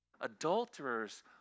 adulterers